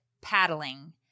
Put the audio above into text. paddling